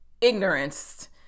ignorance